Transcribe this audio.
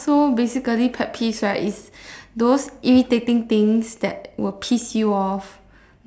so basically pet peeves right is those irritating things that will piss you off